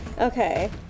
Okay